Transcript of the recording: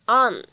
on